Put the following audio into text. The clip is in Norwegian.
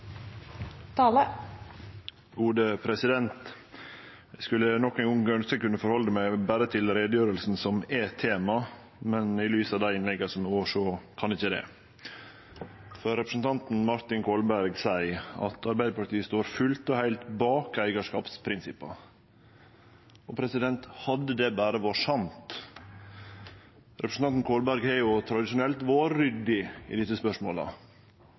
skulle nok ein gong ønskje eg kunne halde meg berre til utgreiinga, som er temaet, men i lys av dei innlegga som har vore, kan eg ikkje det. Representanten Martin Kolberg seier at Arbeidarpartiet står fullt og heilt bak eigarskapsprinsippa. Hadde det berre vore sant. Representanten Kolberg har tradisjonelt vore ryddig i desse spørsmåla,